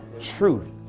Truth